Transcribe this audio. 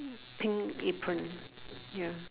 pink apron ya